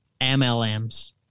MLMs